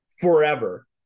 forever